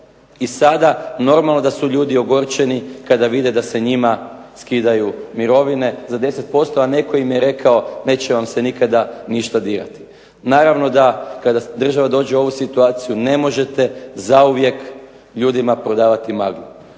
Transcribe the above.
i sada normalno da su ljudi ogorčeni kada vide da se njima skidaju mirovine za 10%, a netko im je rekao neće vam se nikada ništa dirati. Naravno da kada država dođe u ovu situaciju ne možete zauvijek ljudima prodavati maglu.